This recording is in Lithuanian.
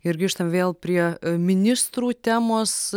ir grįžtam vėl prie ministrų temos